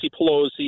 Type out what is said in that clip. Pelosi